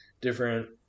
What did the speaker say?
different